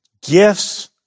Gifts